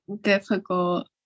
difficult